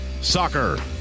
Soccer